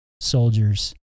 soldiers